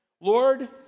Lord